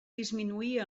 disminuir